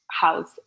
house